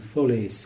Fully